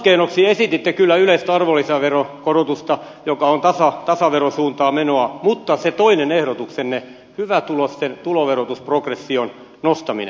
rahoituskeinoksi esititte kyllä yleistä arvonlisäveron korotusta joka on tasaverosuuntaan menoa mutta se toinen ehdotuksenne hyvätuloisten tuloveroprogression nostaminen